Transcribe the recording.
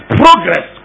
progress